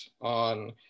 on